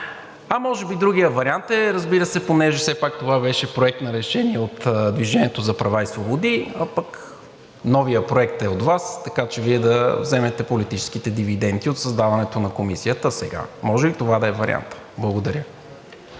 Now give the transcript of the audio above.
А може би другият вариант е, разбира се, понеже все пак това беше Проект на решение от „Движение за права и свободи“, а пък новият проект е от Вас, така че Вие да вземете политическите дивиденти от създаването на Комисията сега. Може и това да е вариантът. Благодаря.